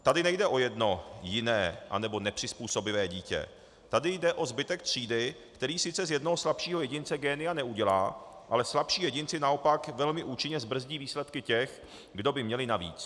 Tady nejde o jedno jiné anebo nepřizpůsobivé dítě, tady jde o zbytek třídy, který sice z jednoho slabšího jedince génia neudělá, ale slabší jedinci naopak velmi účinně zbrzdí výsledky těch, kdo by měli na víc.